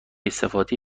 استفاده